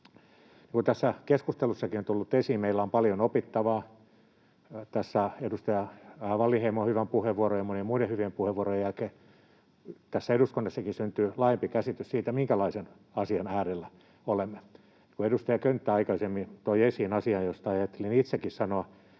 keskustelussakin on tullut esiin, meillä on paljon opittavaa. Tässä edustaja Wallinheimon hyvän puheenvuoron ja monien muiden hyvien puheenvuorojen jälkeen tässä eduskunnassakin syntyy laajempi käsitys siitä, minkälaisen asian äärellä olemme. Edustaja Könttä aikaisemmin toi esiin asian, josta ajattelin itsekin sanoa,